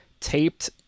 taped